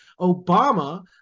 Obama